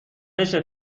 بشه